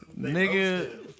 Nigga